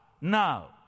now